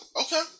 okay